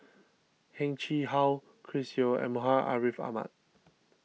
Heng Chee How Chris Yeo and Muhammad Ariff Ahmad